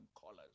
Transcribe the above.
colors